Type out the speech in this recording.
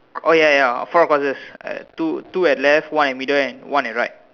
oh ya ya four crosses uh two two at left one at middle and one at right